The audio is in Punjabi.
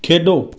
ਖੇਡੋ